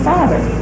Father